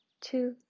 Two